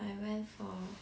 I went for